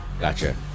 Gotcha